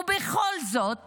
ובכל זאת